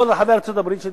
בכל רחבי ארצות-הברית.